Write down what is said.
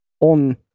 on